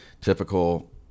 typical